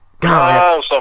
God